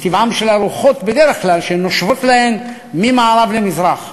וטבען של הרוחות שהן בדרך כלל נושבות להן ממערב למזרח.